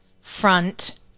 front